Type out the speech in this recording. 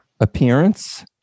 appearance